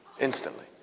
instantly